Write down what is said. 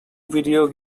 video